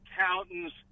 accountants